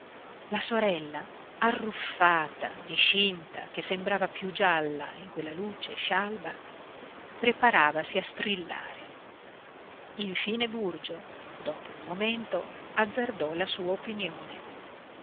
la sorella arruffata discinta che sembrava più gialla in quella luce scialba preparavasi a strillare infine burgio dopo un momento azzardò la sua opinione